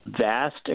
vast